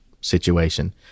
situation